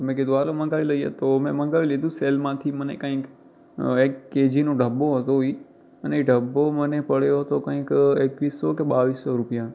મેં કીધું ચાલો મગાવી લઈએ તો મેં મગાવી લીધું સેલમાંથી મને કંઈક એક કેજીનો ડબ્બો હતો એ અને એ ડબ્બો મને પડ્યો હતો કંઈક એકવીસ સો કે બાવીસ સો રૂપિયામાં